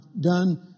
done